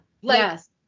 Yes